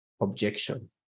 objection